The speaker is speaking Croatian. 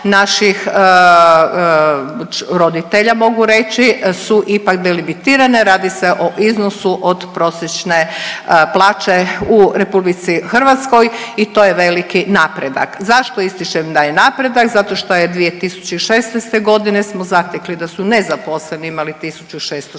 naših roditelja mogu reći su ipak delimitirane, radi se o iznosu od prosječne plaće u RH i to je veliki napredak. Zašto ističem da je napredak? Zato što je 2016. godine smo zatekli da su nezaposleni imali 1.660